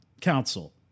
Council